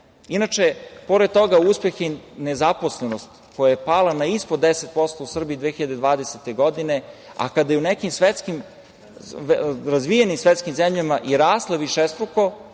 zemlji. Pored toga, uspeh je i nezaposlenost koja je pala na ispod 10% u Srbiji 2020. godine, a kada je u nekim razvijenim svetskim zemljama i rasla višestruko,